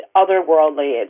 otherworldly